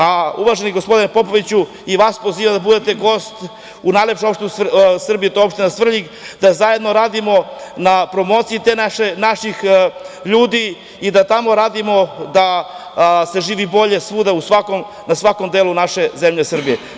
A, uvaženi gospodine Popoviću, i vas pozivam da budete gost u najlepšoj opštini u Srbiji, to je opština Svrljig, da zajedno radimo na promociji naših ljudi i da tamo radimo da se živi bolje svuda, na svakom delu naše zemlje Srbije.